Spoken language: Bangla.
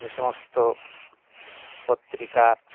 যে সমস্ত পত্রিকা